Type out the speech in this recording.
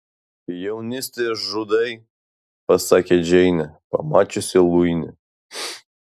jaunystę žudai pasakė džeinė pamačiusi luinį